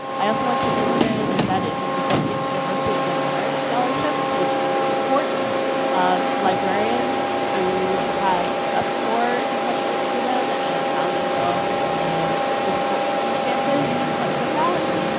i also want to mention that it is the fiftieth anniversary of the merritt scholarship, which supports um librarians who have set up for intellectual freedom and have found themselves in difficult circumstances because of that.